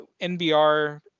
NBR